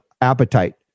appetite